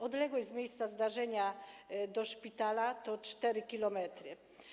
Odległość z miejsca zdarzenia do szpitala to 4 km.